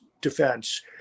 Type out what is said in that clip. defense